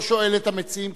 לא שואל את המציעים,